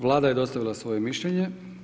Vlada je dostavila svoje mišljenje.